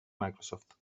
microsoft